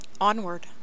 Onward